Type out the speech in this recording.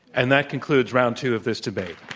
and that concludes round two of this debate.